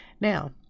Now